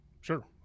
Sure